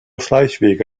schleichwege